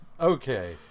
okay